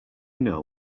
know